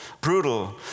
brutal